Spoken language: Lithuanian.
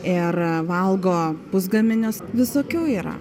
ir valgo pusgaminius visokių yra